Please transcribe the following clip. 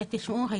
תשמעו,